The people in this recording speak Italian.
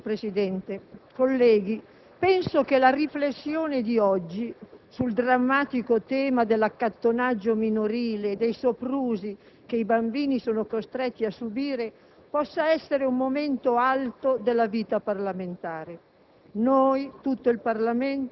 Signor Presidente, colleghi, penso che la riflessione di oggi sul drammatico tema dell'accattonaggio minorile, dei soprusi che i bambini sono costretti a subire, possa essere un momento alto della vita parlamentare.